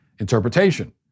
interpretation